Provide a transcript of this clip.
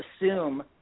assume